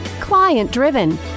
client-driven